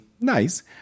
nice